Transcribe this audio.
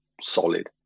solid